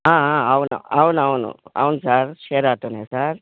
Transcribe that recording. ఆ అవును అవున అవును అవును సార్ షేర్ ఆటోనే సార్